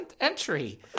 entry